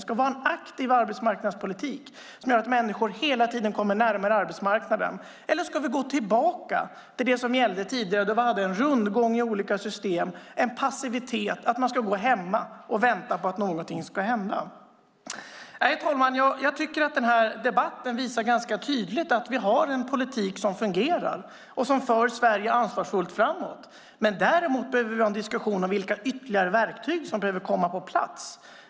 Ska vi ha en aktiv arbetsmarknadspolitik som gör att människor hela tiden kommer närmare arbetsmarknaden? Eller ska vi gå tillbaka till det som gällde tidigare då vi hade en rundgång i olika system, en passivitet? Ska man gå hemma och vänta på att någonting ska hända? Nej, herr talman, jag tycker att den här debatten visar ganska tydligt att vi har en politik som fungerar och som för Sverige ansvarsfullt framåt. Däremot behöver vi ha en diskussion om vilka ytterligare verktyg som behöver komma på plats.